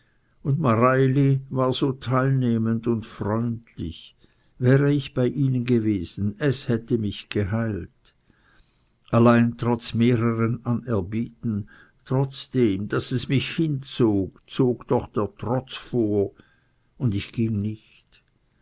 und mareili war so teilnehmend und freundlich wäre ich bei ihnen gewesen es hätte mich geheilt allein trotz mehreren anerbieten trotzdem daß es mich hinzog zog doch der trotz vor und ich ging nicht